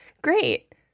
Great